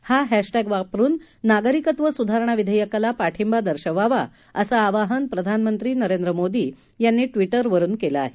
हा हॅशटॅग वारून नागरिकत्व सुधारणा विधेयकाला पाठिंबा दर्शवावा असं आवाहन प्रधानमंत्री नरेंद्र मोदी यांनी ट्विटरवरून केलं आहे